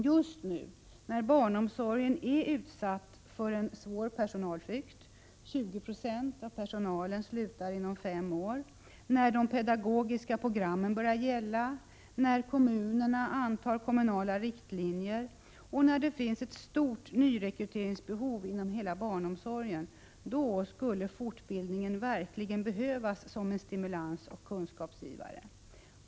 Just nu, när barnomsorgen är utsatt för en svår personalflykt — 20 26 av personalen slutar inom fem år —, när de pedagogiska programmen börjar gälla, när kommunerna antar kommunala riktlinjer, när det finns ett stort nyrekryteringsbehov inom hela barnomsorgen, skulle fortbildningen verkligen behövas som en stimulans och kunskapsgivare.